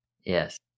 Yes